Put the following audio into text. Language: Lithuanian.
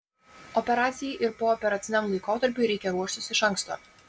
operacijai ir pooperaciniam laikotarpiui reikia ruoštis iš anksto